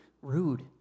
rude